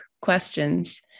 questions